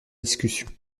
discussion